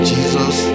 Jesus